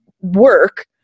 work